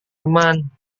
teman